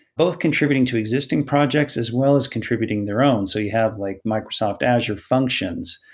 both contributing to existing projects, as well as contributing their own, so you have like microsoft azure functions.